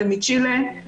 מצ'ילה.